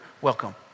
welcome